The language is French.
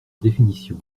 définition